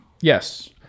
yes